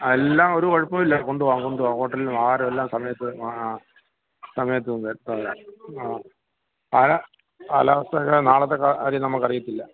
ആ എല്ലാം ഒരു കുഴപ്പവുമില്ല കൊണ്ടുപോകാം കൊണ്ടുപോകാം ഹോട്ടലിൽ നിന്ന് ആഹാരവും എല്ലാം സമയത്ത് വാങ്ങാം സമയത്ത് നിർത്താം ആ കാലാ കാലാവസ്ഥ നാളത്തെ കാര്യം നമുക്ക് അറിയില്ല